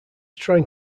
trying